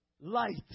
Light